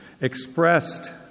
expressed